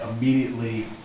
Immediately